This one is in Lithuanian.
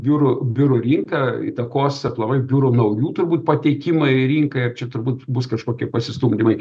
biurų biurų rinką įtakos aplamai biurų naujų turbūt patekimą į rinką ir čia turbūt bus kažkokie pasistumdymai